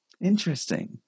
Interesting